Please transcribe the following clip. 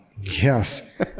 yes